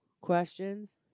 questions